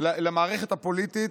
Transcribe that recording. למערכת הפוליטית,